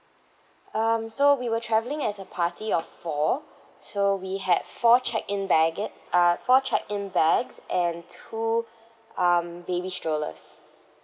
um so we were travelling as a party of four so we had four check in err four check in bags and two um baby strollers